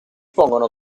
pongono